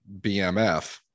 BMF